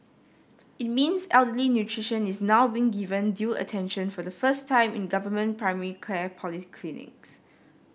it means elderly nutrition is now being given due attention for the first time in government primary care polyclinics